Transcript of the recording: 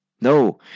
No